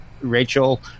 Rachel